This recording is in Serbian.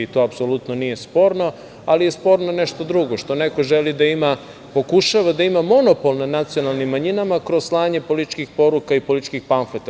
To apsolutno nije sporno, ali je sporno nešto drugo, što neko želi da ima, pokušava da ima monopol na nacionalnim manjinama kroz slanje političkih poruka i političkih pamfleta.